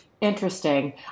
Interesting